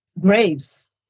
graves